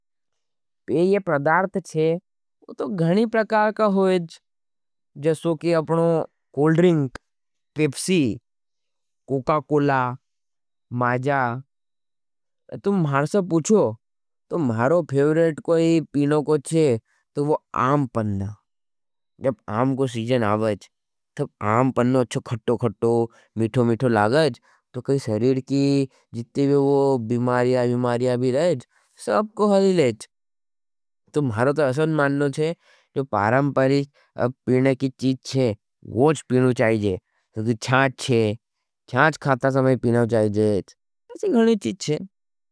पे ये प्रदार्त छे, वो तो गणी प्रकार का होईज। जस्सो कि अपनो cold drink, Pepsi, Coca Cola, Maaza. तुम मार से पुछो, तो मारो फेवरेट कोई पीनो को छे, तो वो आम पन्ना। जब आम को सीजन आवेज, तो आम पन्ना अच्छो खटो-ख़टो, मिठो-मिठो लागेज, तो कई सरीड की जिति वे वो बिमारिया-विमारिया भी रहेज, सब को हरी लेज। तुम मारो तो असन माननो छे, तो पारंपरित पीने की चीच छे, वोज पीनो चाहिजे, तो कि चाँच छे, चाँच खाता समय पीनो चाहिजे, असी गणी चीच छे।